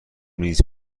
نیست